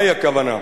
מה הכוונה?